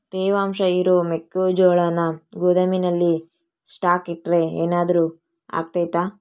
ತೇವಾಂಶ ಇರೋ ಮೆಕ್ಕೆಜೋಳನ ಗೋದಾಮಿನಲ್ಲಿ ಸ್ಟಾಕ್ ಇಟ್ರೆ ಏನಾದರೂ ಅಗ್ತೈತ?